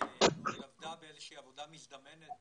עבדה באיזושהי עבודה מזדמנות